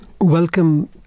Welcome